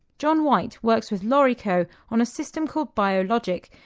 john white works with lawrieco on a system called biologic,